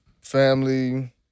family